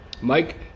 Mike